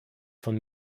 von